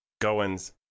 Goins